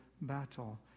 battle